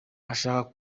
ashaka